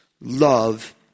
love